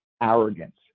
arrogance